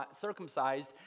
circumcised